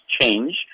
change